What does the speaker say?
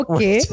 Okay